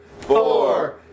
four